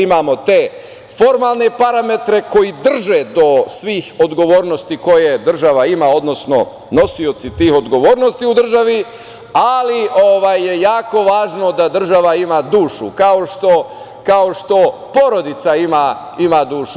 Imamo te formalne parametre koji drže do svih odgovornosti koje država ima, odnosno nosioci tih odgovornosti u državi, ali je jako važno da država ima dušu, kao što porodica ima dušu.